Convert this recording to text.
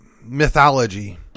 mythology